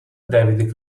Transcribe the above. david